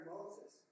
Moses